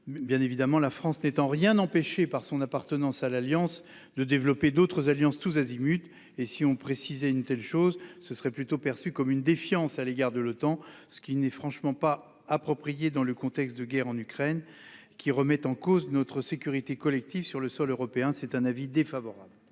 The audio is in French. Bien évidemment, la France n'est en rien empêchée par son appartenance à l'Alliance de développer d'autres alliances tous azimuts. Si l'on précisait une telle chose, ce serait plutôt perçu comme une défiance à l'égard de l'Otan : cela n'est franchement pas approprié dans le contexte de la guerre en Ukraine, qui remet en cause notre sécurité collective sur le sol européen. Quel est l'avis du